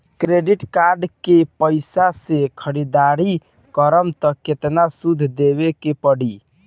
Credit card के पैसा से ख़रीदारी करम त केतना सूद देवे के पड़ी?